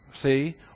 See